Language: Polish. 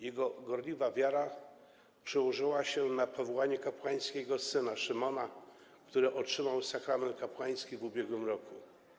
Jego gorliwa wiara przełożyła się na powołanie kapłańskie jego syna, Szymona, który otrzymał sakrament kapłański w ubiegłym roku.